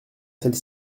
celle